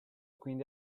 quindi